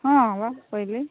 ହଁ ପା କହିଲି